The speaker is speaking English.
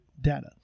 data